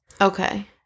Okay